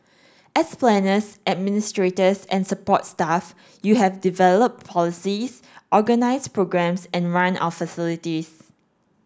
as planners administrators and support staff you have developed policies organised programmes and run our facilities